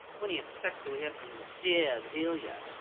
when he expects to hear from his dear delia,